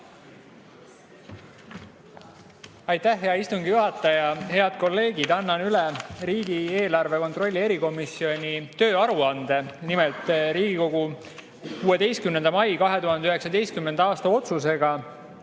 Aitäh, hea istungi juhataja! Head kolleegid! Annan üle riigieelarve kontrolli erikomisjoni töö aruande. Nimelt, Riigikogu 16. mai 2019. aasta otsusega